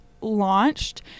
launched